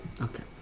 okay